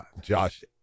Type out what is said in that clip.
Josh